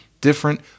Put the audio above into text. different